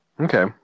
Okay